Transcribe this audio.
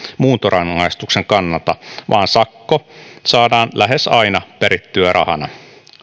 muuntorangaistuksen kannalta vaan sakko saadaan lähes aina perittyä rahana